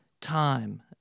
time